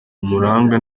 umuranga